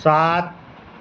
سات